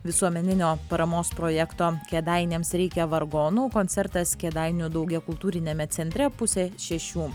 visuomeninio paramos projekto kėdainiams reikia vargonų koncertas kėdainių daugiakultūriame centre pusę šešių